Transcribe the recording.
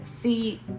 see